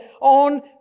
on